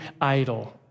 idol